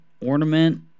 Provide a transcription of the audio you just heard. ornament